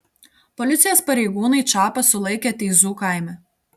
policijos pareigūnai čapą sulaikė teizų kaime